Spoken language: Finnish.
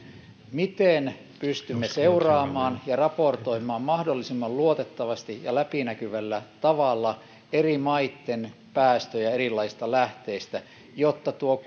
miten pystymme seuraamaan ja raportoimaan mahdollisimman luotettavasti ja läpinäkyvällä tavalla eri maitten päästöjä erilaisista lähteistä jotta tuo